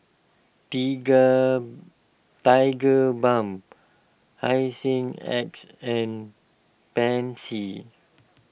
Tigerbalm Hygin X and Pansy